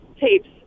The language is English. tapes